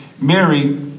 Mary